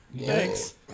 thanks